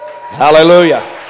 Hallelujah